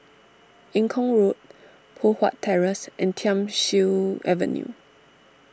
Eng Kong Road Poh Huat Terrace and Thiam Siew Avenue